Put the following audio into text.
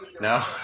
No